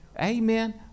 Amen